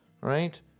Right